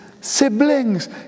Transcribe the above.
siblings